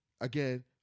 again